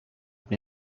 been